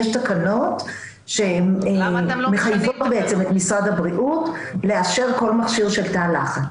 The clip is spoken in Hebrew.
יש תקנות שמחייבות את משרד הבריאות לאשר כל מכשיר של תא לחץ.